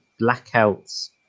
blackouts